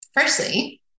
Firstly